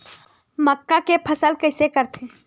मक्का के फसल कइसे करथे?